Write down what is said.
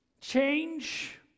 change